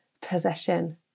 possession